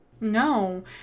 No